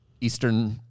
eastern